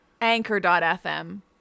Anchor.fm